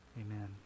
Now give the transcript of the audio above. Amen